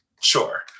sure